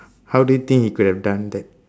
how do you think he could have done that